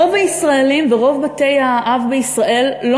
רוב הישראלים ורוב בתי-האב בישראל לא